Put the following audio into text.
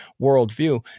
worldview